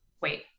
Wait